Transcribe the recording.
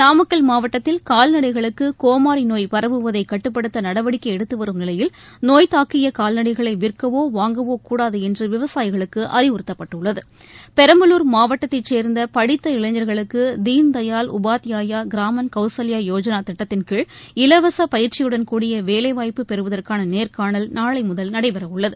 நாமக்கல் மாவட்டத்தில் கால்நடைகளுக்கு கோமாரி நோய் பரவுவதை கட்டுப்படுத்த நடவடிக்கை எடுத்து வரும் நிலையில் நோய் தாக்கிய கால்நடைகளை விற்கவோ வாங்கவோ கூடாது என்று விவசாயிகளுக்கு அறிவுறுத்தப்பட்டுள்ளது பெரம்பலூர் மாவட்டத்தைச் சேர்ந்த படித்த இளைஞர்களுக்கு தீனதயாள் உபாத்தியாய கிராமன் கௌசல்பா யோஜனா திட்டத்தின் கீழ் இலவச பயிற்சியுடள் கூடிய வேலைவாய்ப்பு பெறுவதற்கான நேர்காணல் நாளை முதல் நடைபெறவுள்ளது